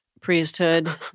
priesthood